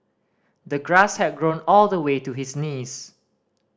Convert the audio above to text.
the grass had grown all the way to his knees